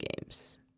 games